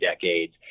decades